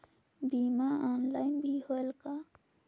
बीमा ऑनलाइन भी होयल का?